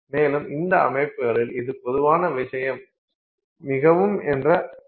மேலும் இந்த அமைப்புகளில் இது பொதுவான மிகவும் ஏற்ற அனுமானமாகும்